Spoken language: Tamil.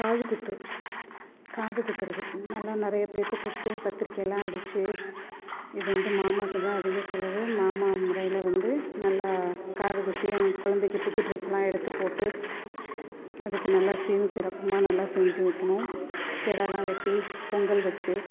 காதுகுத்து காது குத்துகிறது நல்லா நிறைய பேற்ற கூப்ட்டு பத்திரிக்கையிலாம் அடிச்த்து இது வந்து மாமாக்குதான் அதிகம் செலவு மாமா முறையில் வந்து நல்லா காது குத்தி என் குழந்தைக்கி புது ட்ரெஸ்லாம் எடுத்துப்போட்டு அதுக்கு நல்லா சீரும் சிறப்புமாக நல்லா செஞ்சு வைக்கணும் கிடாலாம் வெட்டி பொங்கல் வச்சு